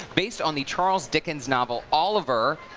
based on the charles dickens novel, oliver.